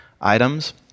items